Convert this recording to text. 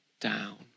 down